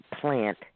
plant